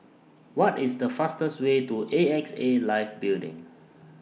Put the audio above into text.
What IS The fastest Way to A X A Life Building